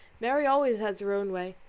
mary always has her own way.